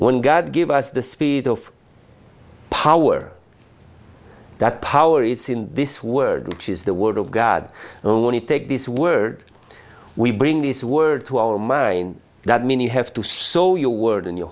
when god give us the speed of power that power it's in this word which is the word of god only take this word we bring this word to our minds that mean you have to saw your world in your